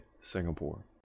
Singapore